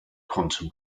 quantum